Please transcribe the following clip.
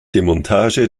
demontage